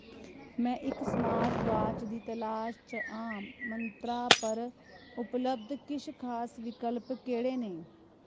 में इक smart watch दी तलाश च आं मंत्रा पर उपलब्ध किश खास विकल्प केह्ड़े न